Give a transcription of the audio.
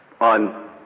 on